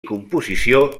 composició